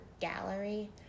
gallery